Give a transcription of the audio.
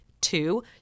two